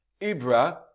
Ibra